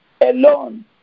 alone